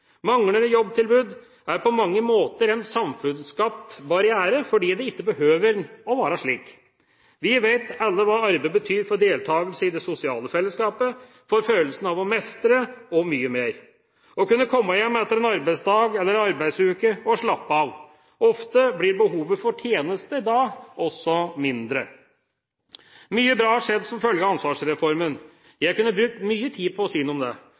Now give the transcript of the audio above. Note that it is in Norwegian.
Manglende jobbtilbud er på mange måter en samfunnsskapt barriere. Det behøver ikke å være slik. Vi vet alle hva arbeid betyr for deltakelse i det sosiale fellesskapet, for følelsen av å mestre, og mye mer – og også det å kunne komme hjem etter en arbeidsdag eller en arbeidsuke og slappe av. Ofte blir behovet for tjenester da også mindre. Mye bra har skjedd som følge av ansvarsreformen. Jeg kunne brukt mye tid på å si noe om